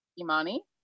imani